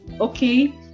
Okay